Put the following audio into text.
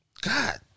God